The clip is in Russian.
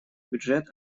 бюджет